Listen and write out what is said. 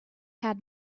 had